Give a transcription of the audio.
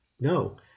no